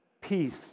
peace